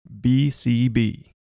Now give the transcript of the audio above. BCB